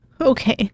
Okay